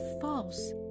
false